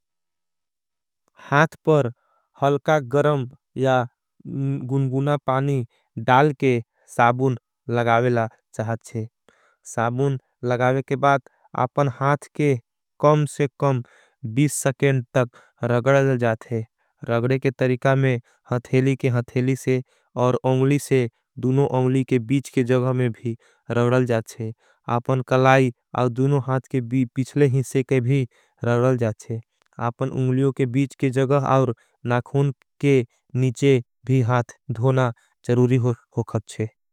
हाथ पर हलका गरम या गुनगुना पानी। डाल के साबुन लगावेला चाहचे। साबुन लगावे के बाद आपन हाथ के। कम से कम सकेंट तक रगडल जाते। रगड़े के तरिका में हाथेली के हाथेली से। और उंगली से दूनों उंगली के बीच। के जगह में भी रगडल जाते आपन। कलाई और दूनों हाथ के भी पिछले। हिसे के भी रगडल जाते आपन उंगलियों। के बीच के जगह और नाकुन के नीचे। भी हाथ दोना चरूरी हो खत छे।